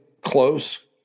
close